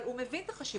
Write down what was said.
אבל הוא מבין את החשיבות.